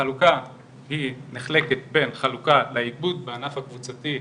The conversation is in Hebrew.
החלוקה נחלקת בין חלוקה באיגוד, בענף הקבוצתי,